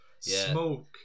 smoke